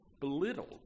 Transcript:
belittled